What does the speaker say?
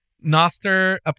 Noster